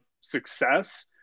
success